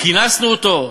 כינסנו אותו?